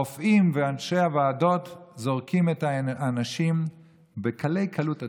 הרופאים ואנשי הוועדות זורקים את האנשים בקלי קלות הצידה.